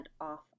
off